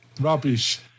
rubbish